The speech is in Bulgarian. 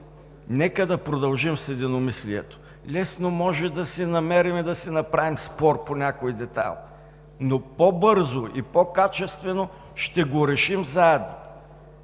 Нека да продължим с единомислието! Лесно можем да си намерим и да си направим спор по някой детайл, но по-бързо и по-качествено ще го решим заедно.